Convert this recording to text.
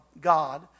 God